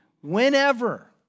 whenever